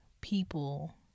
people